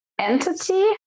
entity